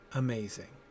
amazing